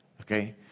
Okay